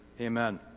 amen